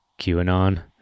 QAnon